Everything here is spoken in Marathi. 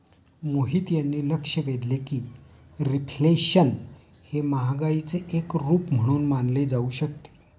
मोहित यांनी लक्ष वेधले की रिफ्लेशन हे महागाईचे एक रूप म्हणून मानले जाऊ शकते